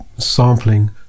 Sampling